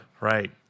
Right